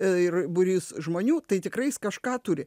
ir būrys žmonių tai tikrai jis kažką turi